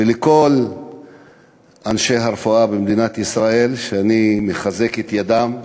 ולכל אנשי הרפואה במדינת ישראל, ולחזק את ידם.